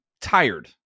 tired